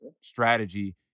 strategy